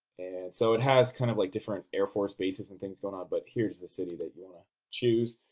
so it has kind of like different air force bases and things going on, but here's the city that you want to choose.